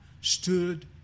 stood